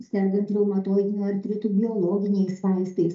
sergant reumatoidiniu artritu biologiniais vaistais